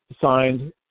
signed